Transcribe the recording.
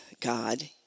God